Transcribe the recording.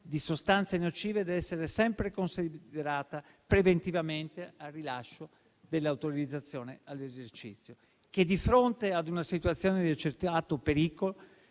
di sostanze nocive deve essere sempre considerata preventivamente al rilascio dell'autorizzazione all'esercizio; che di fronte ad una situazione di accertato pericolo,